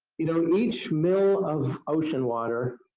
you know each mil of ocean water